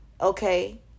Okay